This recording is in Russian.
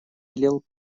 велел